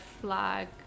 flag